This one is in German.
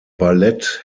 ballett